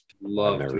Love